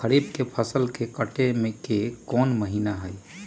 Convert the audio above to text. खरीफ के फसल के कटे के कोंन महिना हई?